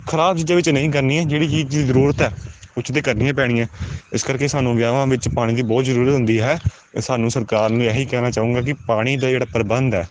ਖਰਾਬ ਚੀਜ਼ਾਂ ਵਿੱਚ ਨਹੀਂ ਕਰਨੀ ਹੈ ਜਿਹੜੀ ਚੀਜ਼ ਦੀ ਜ਼ਰੂਰਤ ਹੈ ਉਹਦੇ 'ਚ ਤਾਂ ਕਰਨੀ ਔ ਪੈਣੀ ਹੈ ਇਸ ਕਰਕੇ ਸਾਨੂੰ ਵਿਆਹਾਂ ਵਿੱਚ ਪਾਣੀ ਦੀ ਬਹੁਤ ਜ਼ਰੂਰਤ ਹੁੰਦੀ ਹੈ ਸਾਨੂੰ ਸਰਕਾਰ ਨੂੰ ਇਹ ਹੀ ਕਹਿਣਾ ਚਾਹੂੰਗਾ ਕਿ ਪਾਣੀ ਦਾ ਜਿਹੜਾ ਪ੍ਰਬੰਧ ਹੈ